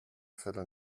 viertel